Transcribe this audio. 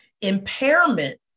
Impairment